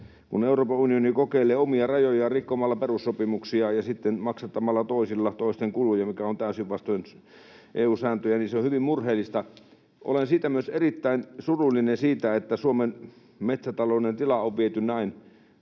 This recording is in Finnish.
että Euroopan unioni kokeilee omia rajojaan rikkomalla perussopimuksiaan ja sitten maksattamalla toisilla toisten kuluja, mikä on täysin vastoin EU:n sääntöjä, ja se on hyvin murheellista. Olen erittäin surullinen myös siitä, että Suomen metsätalouden tila on viety näin